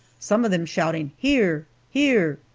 some of them shouting, here! here!